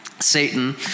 Satan